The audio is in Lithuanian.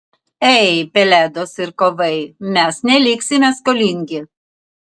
ei pelėdos ir kovai mes neliksime skolingi